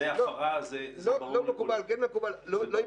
זאת הפרה וזה ברור לכולם.